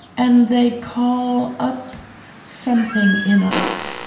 and they call up something in us,